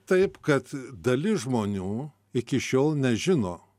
taip kad dalis žmonių iki šiol nežino